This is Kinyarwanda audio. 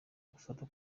gufata